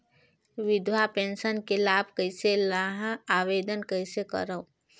विधवा पेंशन के लाभ कइसे लहां? आवेदन कइसे करव?